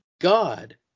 god